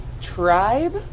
tribe